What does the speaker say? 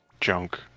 junk